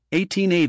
1880